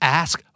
ask